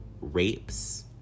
rapes